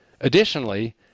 Additionally